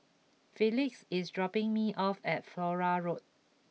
Felix is dropping me off at Flora Road